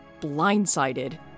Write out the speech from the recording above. blindsided